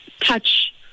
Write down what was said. touch